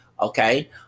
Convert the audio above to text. okay